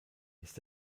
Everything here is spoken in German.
ist